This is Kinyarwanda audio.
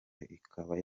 ikaba